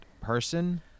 person